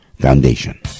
Foundation